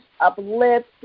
uplift